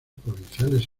provinciales